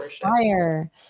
fire